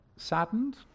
Saddened